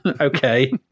Okay